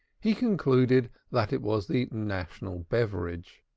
he concluded that it was the national beverage.